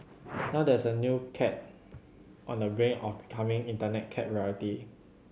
now there is a new cat on the brink of becoming Internet cat royalty